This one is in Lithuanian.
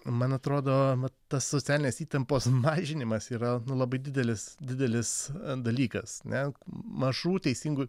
man atrodova tas socialinės įtampos mažinimas yra labai didelis didelis dalykas ne mažų teisingų